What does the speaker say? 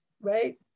right